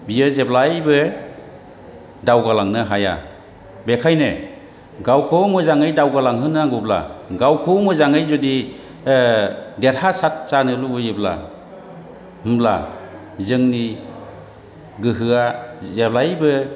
बियो जेब्लायबो दावगालांनो हाया बेनिखायनो गावखौ मोजाङै दावगालांहोनांगौब्ला गावखौ मोजाङै जुदि देरहासार जानो लुबैयोब्ला होनब्ला जोंनि गोहोआ जेब्लायबो